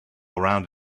around